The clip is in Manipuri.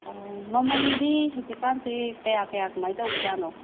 ꯑꯣ ꯃꯃꯜꯗꯤ ꯍꯧꯖꯤꯛꯀꯥꯟꯁꯤ ꯀꯌꯥ ꯀꯌꯥ ꯀꯃꯥꯏꯅ ꯇꯧꯕꯖꯥꯠꯅꯣ